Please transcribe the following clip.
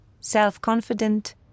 self-confident